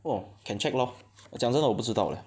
orh can check lor 我讲真的我不知道 leh